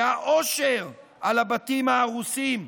זה האושר על הבתים ההרוסים,